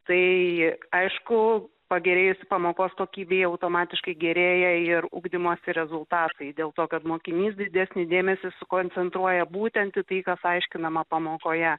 tai aišku pagerėjus pamokos kokybei automatiškai gerėja ir ugdymosi rezultatai dėl to kad mokinys didesnį dėmesį sukoncentruoja būtent į tai kas aiškinama pamokoje